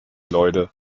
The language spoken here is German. leute